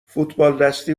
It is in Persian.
فوتبالدستی